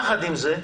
יחד עם זאת,